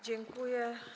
Dziękuję.